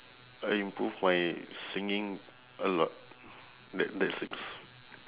I improve my singing a lot that that's six